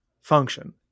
function